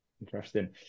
interesting